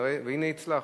והנה הצלחת.